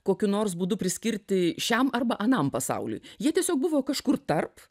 kokiu nors būdu priskirti šiam arba anam pasauliui jie tiesiog buvo kažkur tarp